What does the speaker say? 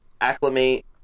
acclimate